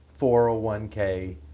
401k